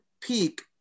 peak